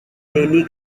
daily